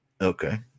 Okay